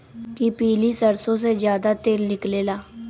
कि पीली सरसों से ज्यादा तेल निकले ला?